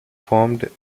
formed